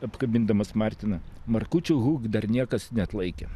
apkabindamas martiną markučių hug dar niekas neatlaikė